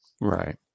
Right